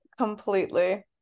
Completely